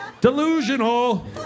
Delusional